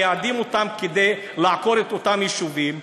מייעדים אותן כדי לעקור את אותם יישובים,